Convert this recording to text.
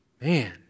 Man